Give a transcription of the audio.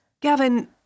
Gavin